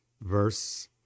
Verse